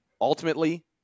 ultimately